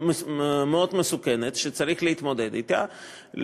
מאוד מסוכנת שצריך להתמודד אתה,